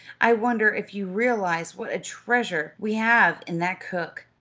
i wonder if you realize what a treasure we have in that cook!